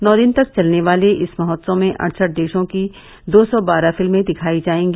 नौ दिन तक चलने वाले इस महोत्सव में अड़सठ देशों की दो सौ बारह फिल्में दिखाई जाएगी